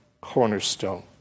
cornerstone